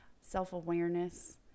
self-awareness